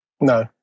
No